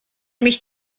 mich